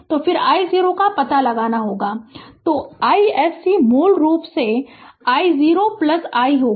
तो फिर i0 का पता लगाना होगा तो iSC मूल रूप से i0i होगा